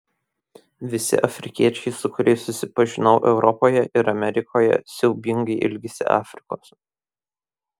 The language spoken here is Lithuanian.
visi afrikiečiai su kuriais susipažinau europoje ir amerikoje siaubingai ilgisi afrikos